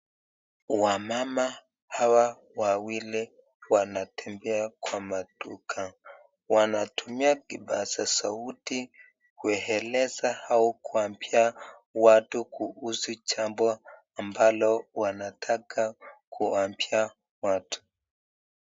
Wamama hawa wawili wanatembea kwa maduka, wanatumia kipaza sauti kueleza au kuambia watu kuhusu jambo ambalo wanataka kuambia watu.